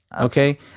Okay